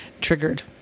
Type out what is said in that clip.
triggered